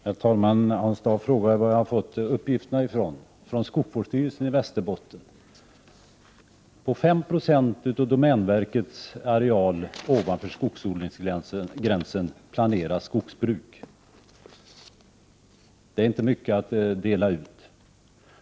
Herr talman! Hans Dau frågar varifrån jag har fått uppgifterna. Från skogsvårdsstyrelsen i Västerbotten. På 5 Jo av domänverkets areal ovanför skogsodlingsgränsen planeras skogsbruk. Det är inte mycket att dela ut.